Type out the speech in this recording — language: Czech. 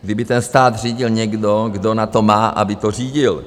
Kdyby ten stát řídil někdo, kdo na to má, aby to řídil.